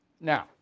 Now